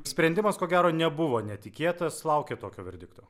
sprendimas ko gero nebuvo netikėtas laukėt tokio verdikto